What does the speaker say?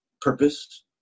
purpose